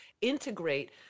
integrate